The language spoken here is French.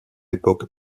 époque